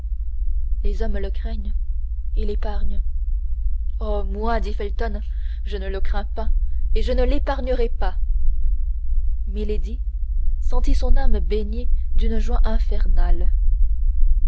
les hommes le craignent et l'épargnent oh moi dit felton je ne le crains pas et je ne l'épargnerai pas milady sentit son âme baignée d'une joie infernale